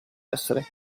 essere